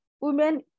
Women